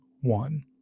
one